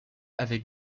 avec